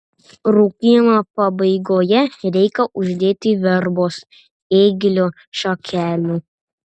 rūkymo pabaigoje reikia uždėti verbos ėglio šakelių